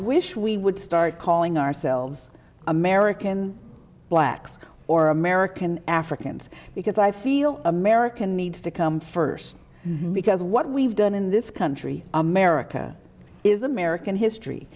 wish we would start calling ourselves american blacks or american africans because i feel american needs to come first because what we've done in this country america is american history